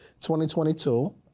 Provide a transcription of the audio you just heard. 2022